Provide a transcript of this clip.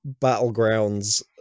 battlegrounds